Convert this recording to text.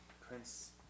prince